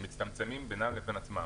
הם מצטמצמים בינם לבין עצמם.